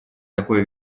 такое